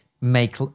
make